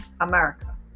America